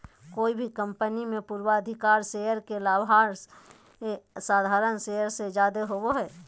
कोय भी कंपनी मे पूर्वाधिकारी शेयर के लाभांश साधारण शेयर से जादे होवो हय